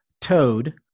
Toad